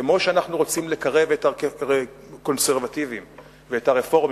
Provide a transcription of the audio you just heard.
כמו שאנחנו רוצים לקרב את הקונסרבטיבים ואת הרפורמים,